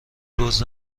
دُز